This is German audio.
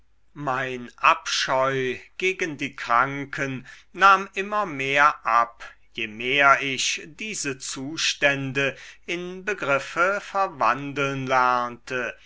mein abscheu gegen die kranken nahm immer mehr ab je mehr ich diese zustände in begriffe verwandeln lernte